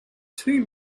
too